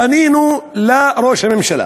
פנינו לראש הממשלה